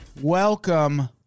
Welcome